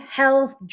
health